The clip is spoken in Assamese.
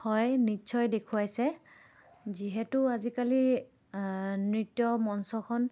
হয় নিশ্চয় দেখুৱাইছে যিহেতু আজিকালি নৃত্য মঞ্চখন